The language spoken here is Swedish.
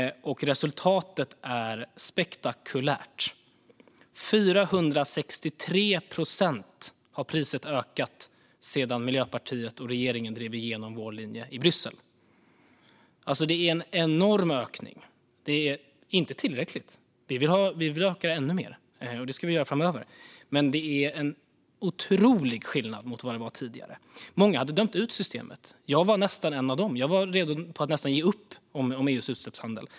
Resultatet är spektakulärt: 463 procent har priset ökat sedan Miljöpartiet och regeringen drev igenom vår linje i Bryssel. Det är en enorm ökning. Det är inte tillräckligt; vi vill öka ännu mer, och det ska vi göra framöver. Men det är en otrolig skillnad mot vad det var tidigare. Många hade dömt ut systemet. Jag var nästan en av dem. Jag var nästan redo att ge upp om EU:s utsläppshandel.